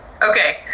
okay